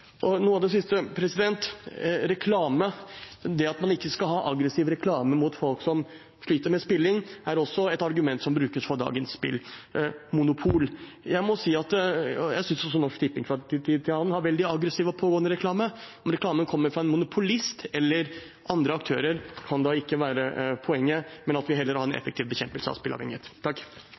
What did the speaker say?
Noe av det siste: Det at man ikke skal ha aggressiv reklame mot folk som sliter med spilling, er også et argument som brukes for dagens spillmonopol. Jeg må si jeg synes også Norsk Tipping fra tid til annen har veldig aggressiv og pågående reklame. Om reklamen kommer fra en monopolist eller andre aktører, kan da ikke være poenget, men at vi heller har en effektiv bekjempelse av